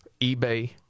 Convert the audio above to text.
eBay